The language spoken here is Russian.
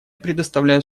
предоставляю